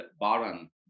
Baran